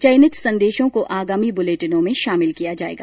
चयनित संदेशों को आगामी बुलेटिनों में शामिल किया जाएगा